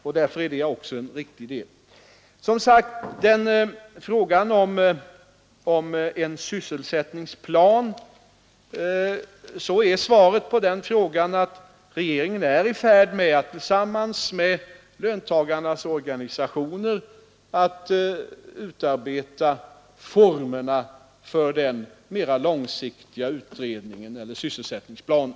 Svaret på frågan om regeringen har någon utarbetad sysselsättningsplan är att regeringen är i färd med att tillsammans med löntagarnas organisationer utarbeta formerna för den mera långsiktiga sysselsättningsplanen.